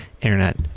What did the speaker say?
internet